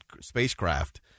spacecraft